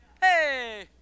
Hey